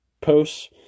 posts